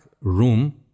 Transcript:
room